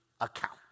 account